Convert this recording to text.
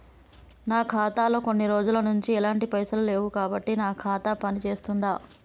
నా ఖాతా లో కొన్ని రోజుల నుంచి ఎలాంటి పైసలు లేవు కాబట్టి నా ఖాతా పని చేస్తుందా?